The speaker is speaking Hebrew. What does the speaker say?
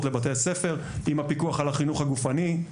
לבתי הספר עם הפיקוח על החינוך הגופני,